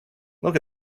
look